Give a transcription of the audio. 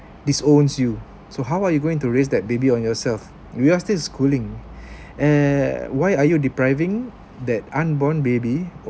disowns you so how are you going to raise that baby on yourself we are still schooling eh why are you depriving that unborn baby